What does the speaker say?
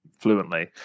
fluently